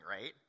right